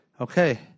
Okay